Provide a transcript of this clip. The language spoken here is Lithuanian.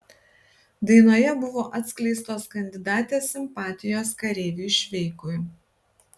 dainoje buvo atskleistos kandidatės simpatijos kareiviui šveikui